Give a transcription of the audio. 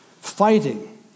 fighting